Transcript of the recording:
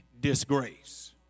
disgrace